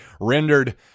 rendered